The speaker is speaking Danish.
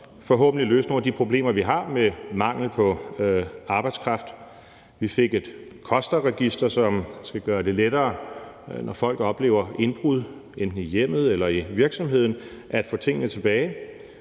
forhåbentlig også løse nogle af de problemer, vi har med mangel på arbejdskraft. Vi fik et kosterregister, som skal gøre det lettere, når folk oplever indbrud, enten i hjemmet eller i virksomheden, at få tingene tilbage.